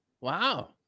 Wow